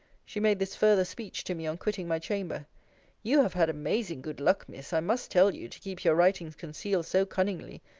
she made this further speech to me on quitting my chamber you have had amazing good luck, miss. i must tell you, to keep your writings concealed so cunningly.